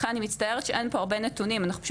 אני מצטערת שאין פה הרבה נתונים אנחנו פשוט